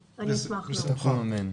יופי.